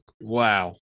wow